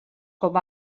com